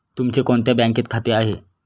तुमचे कोणत्या बँकेत खाते आहे?